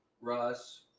Russ